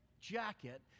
jacket